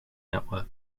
network